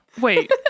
Wait